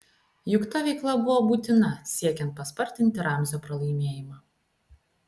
juk ta veikla buvo būtina siekiant paspartinti ramzio pralaimėjimą